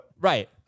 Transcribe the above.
Right